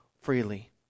freely